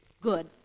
Good